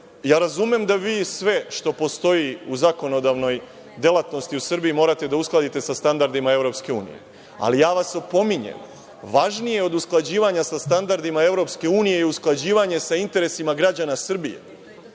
ja razumem da vi sve što postoji u zakonodavnoj delatnosti u Srbiji morate da uskladite sa standardima EU, ali ja vas opominjem, važnije od usklađivanja sa standardima EU, je usklađivanje sa interesima građana Srbije.